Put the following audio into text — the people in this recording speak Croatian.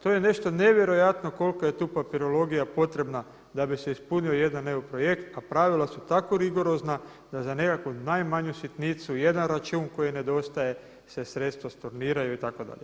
To je nešto nevjerojatno koliko je tu papirologija potrebna da bi se ispunio jedan EU projekt a pravila su tako rigorozna da za nekakvu najmanju sitnicu jedan račun koji nedostaje se sredstva storniraju itd.